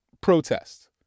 protest